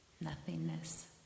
nothingness